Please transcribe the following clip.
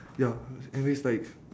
ya anyways like